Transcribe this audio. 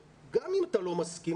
גם אם אתה לא מסכים,